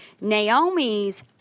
Naomi's